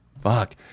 fuck